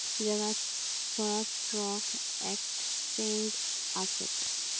जगात सोळा stock exchange आसत